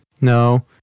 No